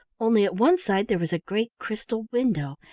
only at one side there was a great crystal window,